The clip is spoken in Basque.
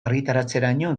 argitaratzeraino